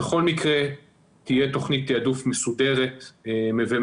בכל מקרה, תהיה תוכנית תעדוף מסודרת ומבוססת